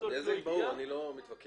הנזק ברור, אני לא מתווכח.